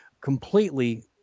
completely